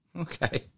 Okay